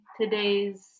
today's